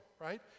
right